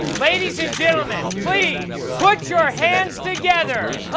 ladies and gentlemen, please put your hands together.